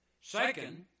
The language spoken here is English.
Second